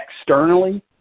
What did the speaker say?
externally